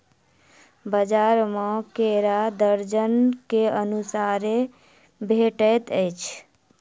बजार में केरा दर्जन के अनुसारे भेटइत अछि